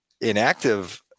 inactive